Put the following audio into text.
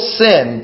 sin